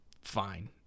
fine